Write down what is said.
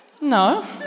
No